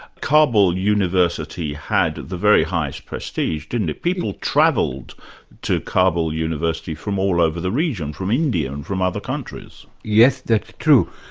kabul university had the very highest prestige didn't it, people travelled to kabul university from all over the region, from india, and from other countries. yes, that's true,